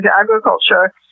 agriculture